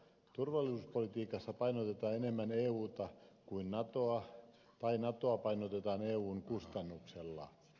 turvallisuuspolitiikassa painotetaan enemmän euta kuin natoa tai natoa painotetaan eun kustannuksella